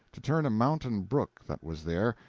to turn a mountain brook that was there,